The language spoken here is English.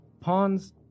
Pawns